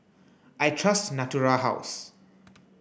I trust Natura House